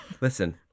Listen